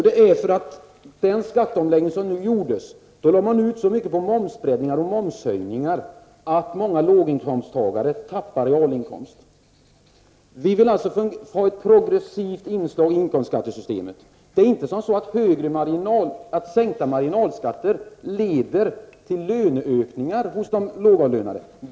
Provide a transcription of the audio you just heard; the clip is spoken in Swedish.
Herr talman! Det beror på att man vid skattereformen lade ut så mycket på momshöjningar och momsbreddningar att många låginkomsttagare tappade i realinkomst. Vi vill alltså ha ett progressivt inslag i inkomstskattesystemet. Det är inte så att sänkta marginalskatter leder till löneökningar hos de lågavlönade.